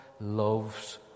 loves